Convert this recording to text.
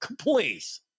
Please